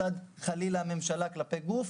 מצד הממשלה כלפי גוף.